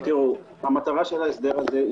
המטרה של ההסדר הזה,